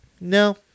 No